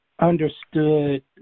understood